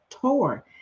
tour